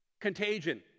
contagion